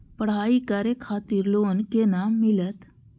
पढ़ाई करे खातिर लोन केना मिलत?